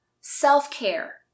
self-care